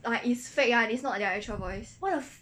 what the f~